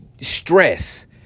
Stress